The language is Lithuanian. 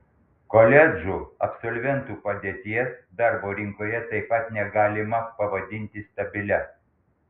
koledžų absolventų padėties darbo rinkoje taip pat negalima pavadinti stabilia